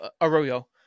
Arroyo